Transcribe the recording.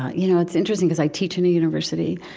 you know, it's interesting, because i teach in a university,